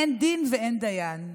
אין דין ואין דיין.